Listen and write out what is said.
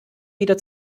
wieder